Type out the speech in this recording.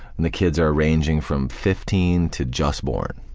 and the kids are ranging from fifteen to just born.